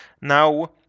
Now